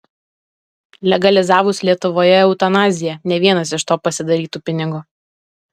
legalizavus lietuvoje eutanaziją ne vienas iš to pasidarytų pinigo